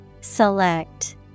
Select